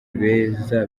beza